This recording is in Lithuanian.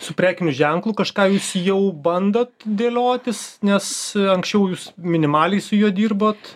su prekiniu ženklu kažką jis jau bandot dėliotis nes anksčiau jūs minimaliai su juo dirbot